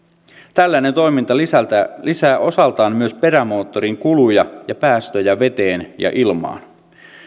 tällainen toiminta lisää osaltaan myös perämoottorin kuluja ja päästöjä veteen ja ilmaan